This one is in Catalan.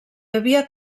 havia